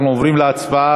אנחנו עוברים להצבעה.